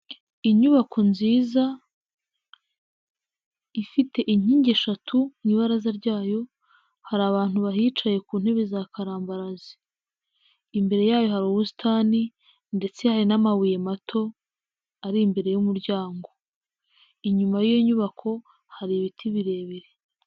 Inyubako nziza ifite inkingi eshatu, mu ibaraza ryayo hari abantu bahicaye ku ntebe za karambarazi. Imbere yayo hari ubusitani ndetse hari n'amabuye mato ari imbere y'umuryango, inyuma y'iyo nyubako hari ibiti birebire.